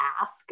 ask